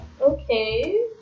Okay